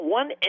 one